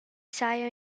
saja